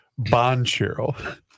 bonchero